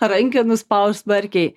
rankenų spaust smarkiai